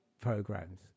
programs